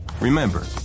Remember